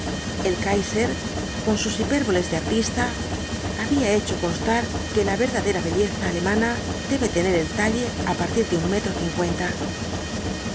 el kaiser con sus hipérboles de artista había hecho constar que la verdadera belleza alemana debe tener el talle á partir de un metro cincuenta